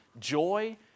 joy